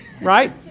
right